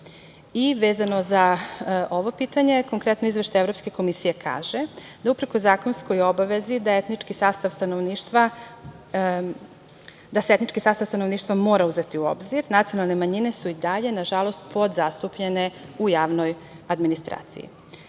za ovo pitanje, konkretno Izveštaj Evropske Komisije kaže da uprkos zakonskoj obavezi da se etnički sastav stanovništva mora uzeti u obzir. Nacionalne manjine su i dalje, nažalost, podzastupljene u javnoj administraciji. Savetodavni